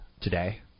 today